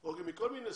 או מכל מיני סיבות.